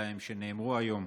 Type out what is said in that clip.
שלהם שנאמרו היום.